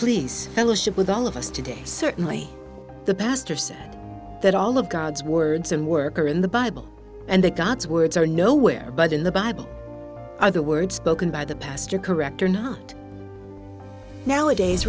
please fellowship with all of us today certainly the pastor says that all of god's words and work are in the bible and they god's words are nowhere but in the bible are the words spoken by the pastor correct or not nowadays